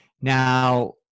Now